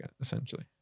essentially